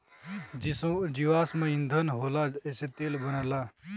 जीवाश्म ईधन होला एसे तेल बनला